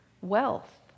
wealth